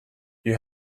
you